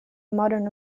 modern